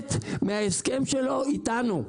לסגת מההסכם שלו איתנו.